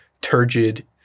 turgid